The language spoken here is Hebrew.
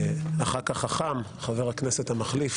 הח"כ החכ"ם חבר הכנסת המחליף.